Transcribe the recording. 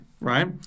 right